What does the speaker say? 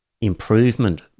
improvement